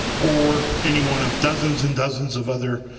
or any one of dozens and dozens of other